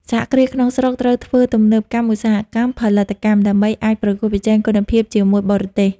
សហគ្រាសក្នុងស្រុកត្រូវធ្វើទំនើបកម្មឧបករណ៍ផលិតកម្ម ដើម្បីអាចប្រកួតប្រជែងគុណភាពជាមួយបរទេស។